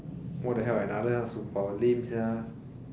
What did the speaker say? what the hell another ask superpower lame sia